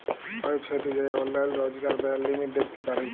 ওয়েবসাইটে যাঁয়ে অললাইল রজকার ব্যয়ের লিমিট দ্যাখতে পারি